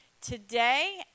Today